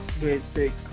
basic